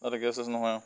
যাতে গেছ চেছ নহয় আৰু